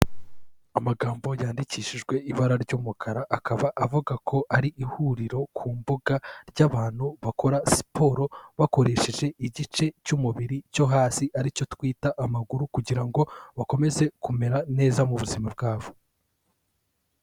Amagambo yandikishijwe ibara ry'umukara, akaba avuga ko ari ihuriro ku mbuga ry'abantu bakora siporo, bakoresheje igice cy'umubiri cyo hasi aricyo twita amaguru, kugira ngo bakomeze, kumera neza mu buzima bwabo.